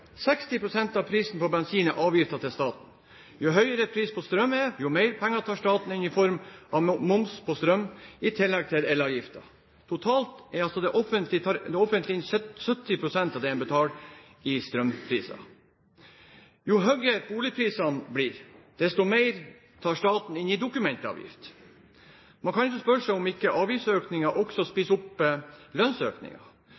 av prisen på bensin er avgifter til staten. Jo høyere prisen på strøm er, jo mer penger tar staten inn i form av moms på strøm – i tillegg til elavgiften. Totalt tar altså det offentlige inn 70 pst. av det en betaler i strømpriser. Jo høyere boligprisene blir, jo mer tar staten inn i dokumentavgift. Man kan kanskje spørre seg om ikke avgiftsøkningen også